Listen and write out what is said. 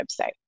website